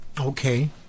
Okay